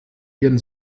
ihren